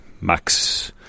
Max